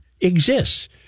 exists